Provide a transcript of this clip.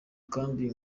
kandi